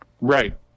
Right